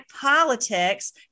politics